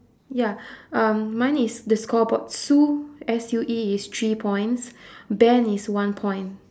ya um mine is the scoreboard sue S U E is three points ben is one point